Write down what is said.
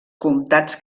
comtats